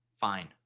Fine